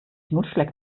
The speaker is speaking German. knutschfleck